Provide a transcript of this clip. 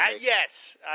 Yes